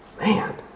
Man